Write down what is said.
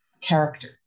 character